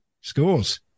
scores